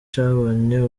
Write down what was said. cyabonye